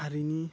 हारिनि